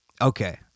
Okay